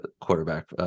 quarterback